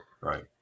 Right